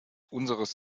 unseres